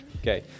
Okay